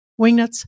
Wingnuts